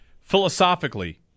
philosophically